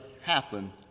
happen